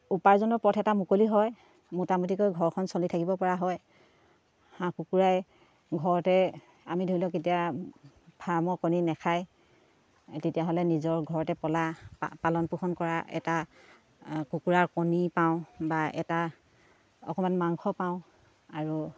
উপাৰ্জনৰ পথ এটা মুকলি হয় মোটামুটিকৈ ঘৰখন চলি থাকিব পৰা হয় হাঁহ কুকুৰাই ঘৰতে আমি ধৰি লওক এতিয়া ফাৰ্মৰ কণী নাখায় তেতিয়াহ'লে নিজৰ ঘৰতে পলা পালন পোষণ কৰা এটা কুকুৰাৰ কণী পাওঁ বা এটা অকণমান মাংস পাওঁ আৰু